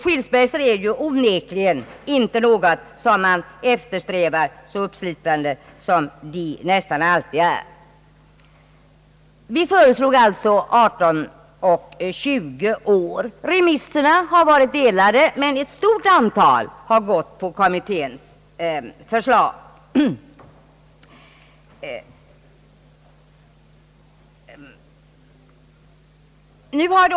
Skilsmässor är onekligen inte något som man eftersträvar, så uppslitande som de nästan alltid är. Vi föreslog alltså 18 och 20 år. Remissvaren har varit delade, men ett stort antal har biträtt kommitténs förslag.